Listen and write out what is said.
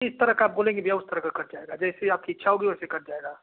जिस तरह का आप बोलेंगे भैया उस तरह का कट जाएगा जैसे आपकी इच्छा होगी वैसे कट जाएगा